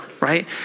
right